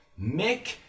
Mick